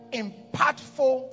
impactful